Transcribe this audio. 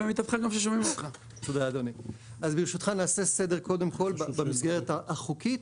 נעשה סדר במסגרת החוקית,